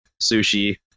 sushi